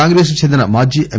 కాంగ్రెస్కు చెందిన మాజీ ఎమ్